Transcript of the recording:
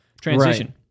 transition